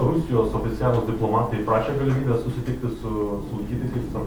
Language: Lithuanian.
rusijos oficialūs diplomatai prašė galimybės susitikti su sulaikytaisiais